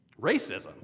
Racism